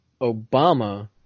Obama